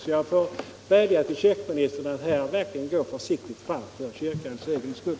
Jag får därför vädja till kyrkoministern att här verkligen gå försiktigt fram för kyrkans egen skull.